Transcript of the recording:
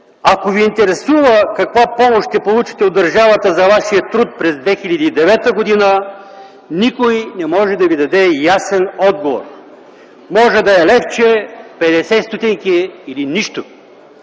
ако ви интересува каква помощ ще получите от държавата за вашия труд през 2009 г. – никой не може да ви даде ясен отговор! Може да е левче, 50 ст. или нищо.